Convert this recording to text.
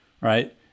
right